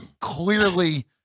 clearly